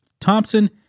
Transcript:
Thompson